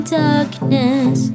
darkness